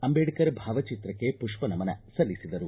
ಅಂಬೇಡ್ಕರ್ ಭಾವಚಿತ್ರಕ್ಕೆ ಪುಷ್ವನಮನ ಸಲ್ಲಿಸಿದರು